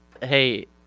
hey